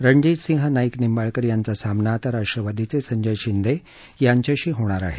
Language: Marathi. रणजीतसिंह नाईक निंबाळकर यांचा सामना आता राष्ट्रवादीचे संजय शिंदे यांच्याशी होणार आहे